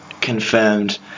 confirmed